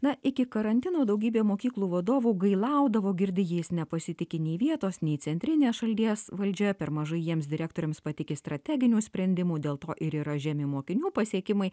na iki karantino daugybė mokyklų vadovų gailaudavo girdi jais nepasitiki nei vietos nei centrinė šalies valdžia per mažai jiems direktoriams patiki strateginių sprendimų dėl to ir yra žemi mokinių pasiekimai